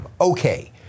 okay